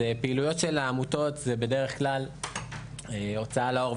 פעילויות של העמותות הן בדרך כלל הוצאה לאור,